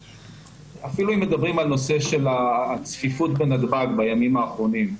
אפילו אם מדברים על נושא הצפיפות בנתב"ג בימים האחרונים,